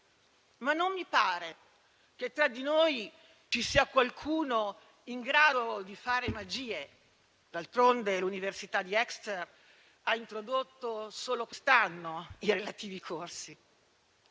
ma non mi pare che tra di noi ci sia qualcuno in grado di fare magie, d'altronde l'università di Exeter ha introdotto solo quest'anno i relativi corsi